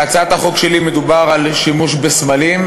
בהצעת החוק שלי מדובר על שימוש בסמלים.